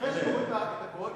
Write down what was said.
אחרי, הכול,